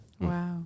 Wow